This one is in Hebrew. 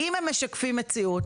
אם הם משקפים את המציאות,